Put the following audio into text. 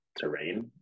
terrain